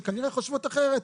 שכנראה חושבות אחרת.